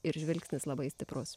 ir žvilgsnis labai stiprus